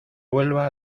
vuelva